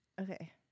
okay